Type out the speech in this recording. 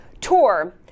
Tour